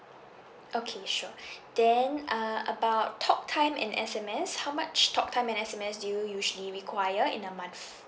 okay sure then uh about talk time and S_M_S how much talk time and S_M_S do you usually require in a month